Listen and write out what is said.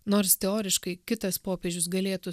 nors teoriškai kitas popiežius galėtų